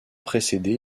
précédée